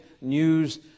news